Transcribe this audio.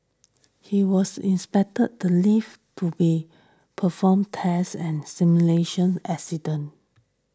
he was inspected the lift to be performed test and simulation accident